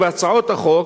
ובהצעות החוק,